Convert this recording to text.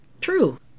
True